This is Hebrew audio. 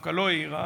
דווקא לא העירה.